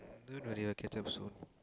don't worry I'll catch up soon